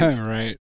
right